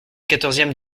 quatorzième